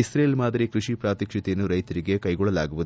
ಇಕ್ರೇಲ್ ಮಾದರಿ ಕೃಷಿ ಪಾತ್ವಕ್ಷತೆಯನ್ನು ರೈತರಿಗೆ ಕೈಗೊಳ್ಳಲಾಗುವುದು